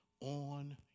on